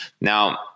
Now